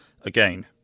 again